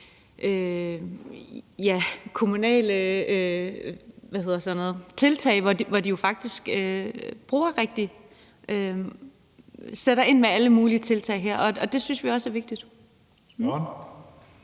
kommunale tiltag, hvor de faktisk sætter ind med alle mulige tiltag, og det synes vi også er vigtigt.